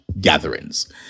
gatherings